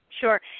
sure